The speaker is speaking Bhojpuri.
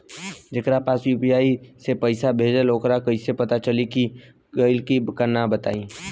जेकरा पास यू.पी.आई से पईसा भेजब वोकरा कईसे पता चली कि गइल की ना बताई?